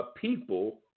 people